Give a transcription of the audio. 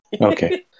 Okay